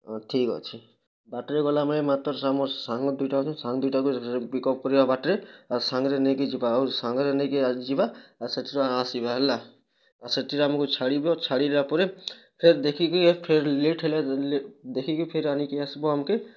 ହଁ ଠିକ୍ ଅଛି ବାଟରେ ଗଲେ ଆମେ ମାତ୍ର ଆମର ସାଙ୍ଗ ଦୁଇଟା ଅଛନ୍ତି ସାଙ୍ଗ ଦୁଇଟାକୁ ପିକ୍ଅପ୍ କରିବା ବାଟରେ ଆଉ ସାଙ୍ଗରେ ନେଇକି ଯିବା ଆଉ ସାଙ୍ଗରେ ନେଇକି ଯିବା ଆଉ ସେଥିରୁ ଆସିବା ହେଲା ଆଉ ସେଥିରୁ ଆମକୁ ଛାଡ଼ିବ ଛାଡ଼ିଲା ପରେ ଫେର୍ ଦେଖି କି ଫେର୍ ଲେଟ୍ ହେଲେ ଦେଖି କି ଫେର୍ ଆଣି କି ଆସିବ ଆମ୍କେ